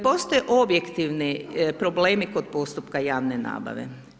Postoje objektivni problemi kod postupka javne nabave.